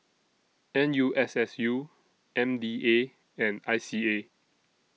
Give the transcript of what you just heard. N U S S U M D A and I C A